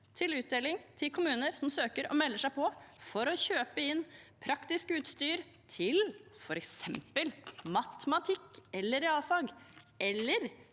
til utdeling til kommuner som søker og melder seg på for å kjøpe inn praktisk utstyr f.eks. til matematikk eller realfag eller